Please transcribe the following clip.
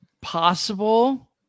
possible